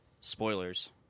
spoilers